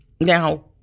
Now